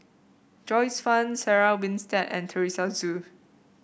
Joyce Fan Sarah Winstedt and Teresa Hsu